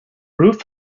roof